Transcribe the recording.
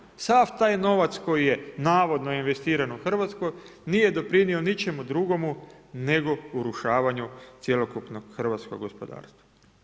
Sav taj novac koji je navodno investiran u RH nije doprinio ničemu drugomu nego urušavanju cjelokupnog hrvatskog gospodarstva.